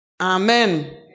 Amen